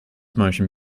motion